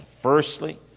Firstly